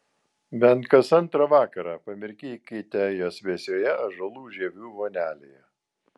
bent kas antrą vakarą pamirkykite jas vėsioje ąžuolų žievių vonelėje